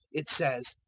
it says,